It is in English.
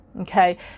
Okay